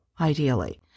ideally